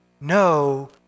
no